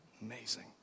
Amazing